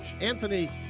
Anthony